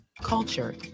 culture